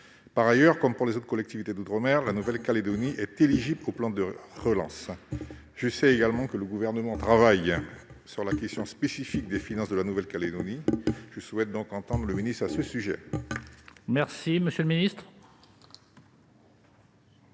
Par ailleurs, comme pour les autres collectivités d'outre-mer, la Nouvelle-Calédonie est éligible au plan de relance. Je sais également que le Gouvernement travaille sur la question spécifique des finances de la Nouvelle-Calédonie, un sujet sur lequel je souhaite entendre M. le ministre.